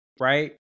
right